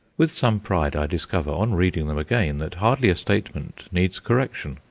with some pride i discover, on reading them again, that hardly a statement needs correction,